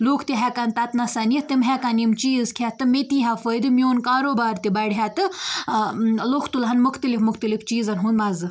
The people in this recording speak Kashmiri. لُکھ تہِ ہٮ۪کان تتنَسَن یِتھ تِم ہٮ۪کان یِم چیٖز کھٮ۪تھ تہٕ مےٚ تہِ یی ہا فٲیدٕ میٛون کاروبار تہِ بَڈِ ہے تہٕ لُکھ تُل ہن مُختلِف مُختلِف چیٖزَن ہُنٛد مَزٕ